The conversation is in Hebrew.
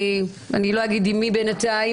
אני לא אגיד עם מי בינתיים,